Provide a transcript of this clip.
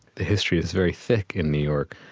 the history is very thick in new york,